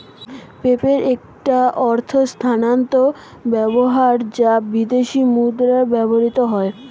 PayPal একটি অর্থ স্থানান্তর ব্যবস্থা যা বিদেশী মুদ্রায় ব্যবহৃত হয়